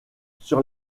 sur